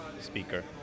speaker